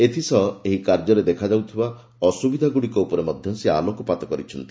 ଏଥିସହ ଏହି କାର୍ଯ୍ୟରେ ଦେଖାଯାଉଥିବା ଅସ୍ତବିଧା ଗ୍ରଡ଼ିକ ଉପରେ ମଧ୍ୟ ସେ ଆଲୋକପାତ କରିଛନ୍ତି